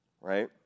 right